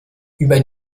über